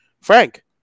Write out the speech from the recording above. Frank